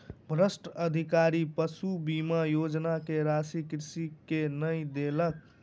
भ्रष्ट अधिकारी पशु बीमा योजना के राशि कृषक के नै देलक